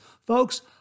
Folks